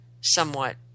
somewhat